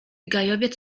gajowiec